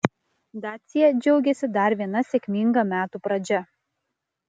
dacia džiaugiasi dar viena sėkminga metų pradžia